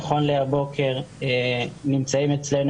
נכון להבוקר נמצאים אצלנו